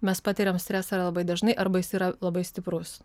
mes patiriam stresą arba labai dažnai arba jis yra labai stiprus